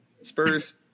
Spurs